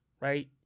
right